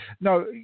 no